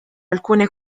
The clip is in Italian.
alcune